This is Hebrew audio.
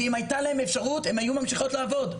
ואם הייתה להן אפשרות הן היו ממשיכות לעבוד.